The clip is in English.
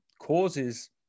causes